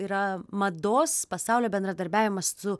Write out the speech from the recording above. yra mados pasaulio bendradarbiavimas su